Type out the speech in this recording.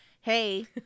hey